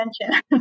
attention